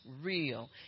real